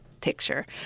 picture